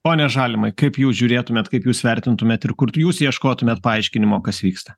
pone žalimai kaip jūs žiūrėtumėt kaip jūs vertintumėt ir kur jūs ieškotumėt paaiškinimo kas vyksta